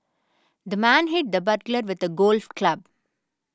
the man hit the burglar with a golf club